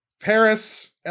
Paris